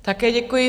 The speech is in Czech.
Také děkuji.